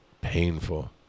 painful